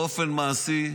נמצאים היום באופן מעשי,